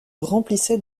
remplissait